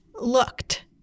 looked